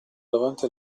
davanti